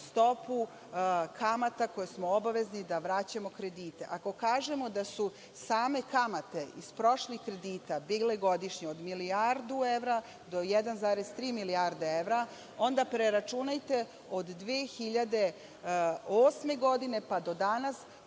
stopu kamata koje smo obavezni da vraćamo kredite. Ako kažemo da su same kamate iz prošlih kredita bile godišnje od milijardu evra do 1,3 milijarde evra, onda preračunajte od 2008. godine pa do danas